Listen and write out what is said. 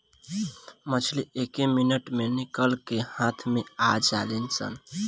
मछली एके मिनट मे निकल के हाथ मे आ जालीसन